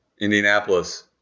Indianapolis